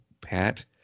pat